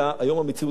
היום המציאות שונה,